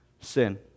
Sin